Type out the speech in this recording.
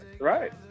right